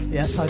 Yes